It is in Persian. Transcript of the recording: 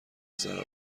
ضرر